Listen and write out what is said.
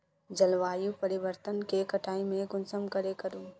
जलवायु परिवर्तन के कटाई में कुंसम करे करूम?